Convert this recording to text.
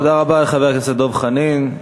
תודה רבה לחבר הכנסת דב חנין.